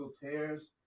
tears